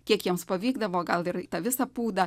kiek jiems pavykdavo gal ir tą visą pūdą